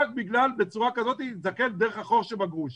רק בגלל הצורה של להסתכל דרך החור שבגרוש.